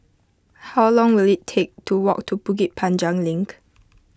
how long will it take to walk to Bukit Panjang Link